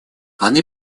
они